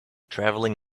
traveling